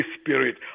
Spirit